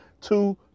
two